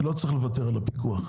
לא צריך לוותר על הפיקוח.